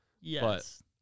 Yes